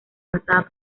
basada